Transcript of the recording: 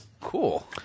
Cool